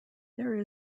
there